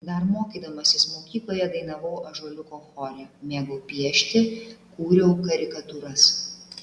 dar mokydamasis mokykloje dainavau ąžuoliuko chore mėgau piešti kūriau karikatūras